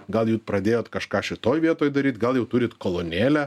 gal ir pradėjot kažką šitoj vietoj daryt gal jau turit kolonėlę